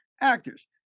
actors